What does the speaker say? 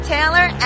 Taylor